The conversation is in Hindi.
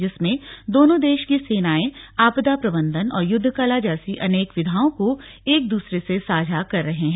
जिसमे दोनों देश की सेनायें आपदा प्रबंधन और युद्धकला जैसी अनेक विधाओ को एक दूसरे से साझा कर रही हैं